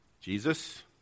Jesus